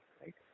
right